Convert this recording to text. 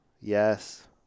Yes